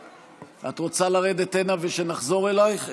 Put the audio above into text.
את רוצה לרדת הנה ושנחזור אלייך?